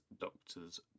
Doctor's